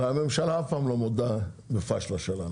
הרי הממשלה אף פעם לא מודה בפשלות שלה,